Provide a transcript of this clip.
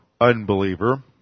unbeliever